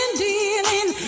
dealing